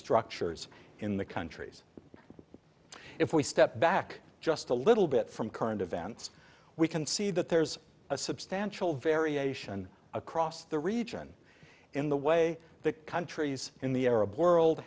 structures in the countries if we step back just a little bit from current events we can see that there's a substantial variation across the region in the way that countries in the arab world